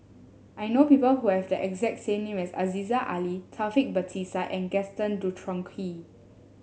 I know people who have the exact same name as Aziza Ali Taufik Batisah and Gaston Dutronquoy